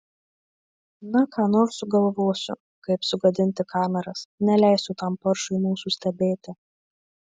na ką nors sugalvosiu kaip sugadinti kameras neleisiu tam paršui mūsų stebėti